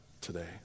today